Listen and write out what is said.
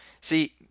See